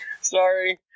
Sorry